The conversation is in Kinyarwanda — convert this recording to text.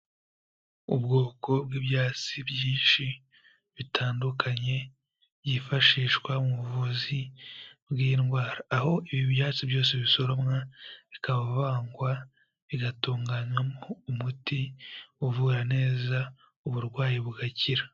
Ubwoko bw'ibyatsi byinshi bitandukanye byifashishwa mu buvuzi bw'indwara, aho ibi byatsi byose bisoromwa bikavangwa bigatunganywamo umuti uvura neza uburwayi bugakira.